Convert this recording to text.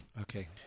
okay